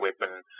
weapon